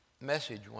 message